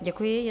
Děkuji.